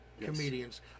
comedians